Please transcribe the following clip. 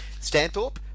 Stanthorpe